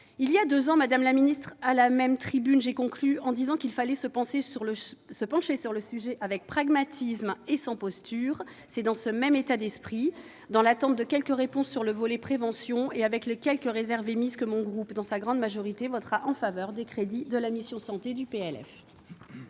Voilà deux ans, à la même tribune, j'ai conclu en disant qu'il fallait se pencher sur le sujet avec pragmatisme et sans posture. C'est dans ce même état d'esprit, dans l'attente de quelques réponses sur le volet concernant la prévention et avec les quelques réserves émises que mon groupe, dans sa grande majorité, votera en faveur des crédits de la mission « Santé ». La